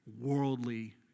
worldly